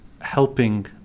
helping